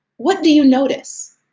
what do you notice?